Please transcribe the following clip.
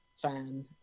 fan